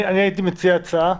אני הייתי מציע הצעה.